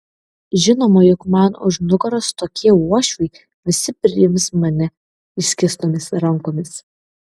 žinoma juk man už nugaros tokie uošviai visi priims mane išskėstomis rankomis